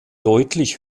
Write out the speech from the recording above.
deutlich